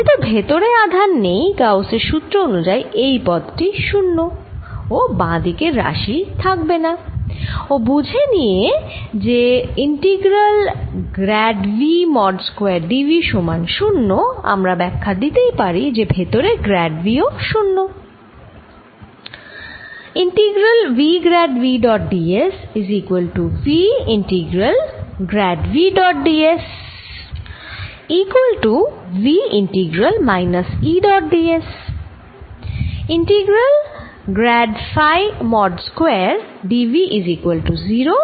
যেহেতু ভেতরে আধান নেই গাউস এর সুত্র অনুযায়ী এই পদ টি 0 ও বাঁ দিক এর রাশি থাকবেনা ও বুঝে নিয়ে যে integral grad V mod square d v সমান 0 আমরা ব্যাখ্যা দিতেই পারি যে ভেতরে গ্র্যাড V 0